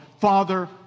Father